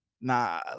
nah